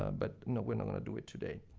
um but no, we're not gonna do it today.